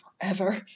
forever